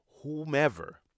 whomever